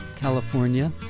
California